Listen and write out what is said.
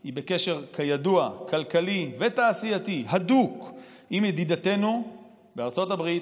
היא כידוע בקשר כלכלי ותעשייתי הדוק עם ידידתנו ארצות הברית,